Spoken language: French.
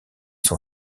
son